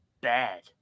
bad